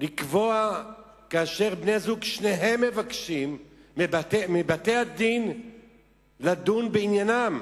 לקבוע כאשר בני-הזוג שניהם מבקשים מבתי-הדין לדון בעניינם?